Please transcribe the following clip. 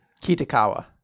Kitakawa